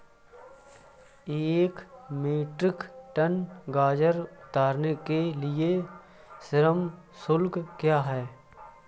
एक metric ton गाजर उतारने के लिए श्रम शुल्क क्या है?